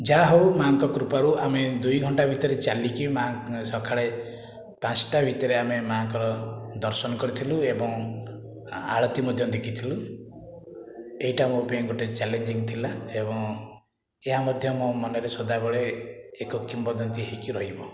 ଯାହା ହେଉ ମାଆଙ୍କ କୃପାରୁ ଆମେ ଦୁଇ ଘଣ୍ଟା ଭିତରେ ଚାଲିକି ମାଆ ସଖାଳେ ପାନ୍ସଟା ଭିତରେ ମାଆଙ୍କର ଦର୍ଶନ କରିଥିଲୁ ଏବଂ ଆଳତୀ ମଧ୍ୟ ଦେଖିଥିଲୁ ଏଇଟା ମୋ ପାଇଁ ଗୋଟିଏ ଚ୍ୟାଲେଞ୍ଜିଂ ଥିଲା ଏବଂ ଏହା ମଧ୍ୟ ମୋ ମନରେ ସଦାବେଳେ ଏକ କିମ୍ବଦନ୍ତୀ ହୋଇକି ରହିବ